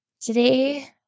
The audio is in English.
Today